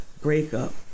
breakup